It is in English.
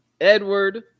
Edward